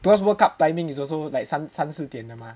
becuase world cup timing is also like 三三四点的吗